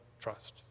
trust